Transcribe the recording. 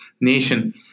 nation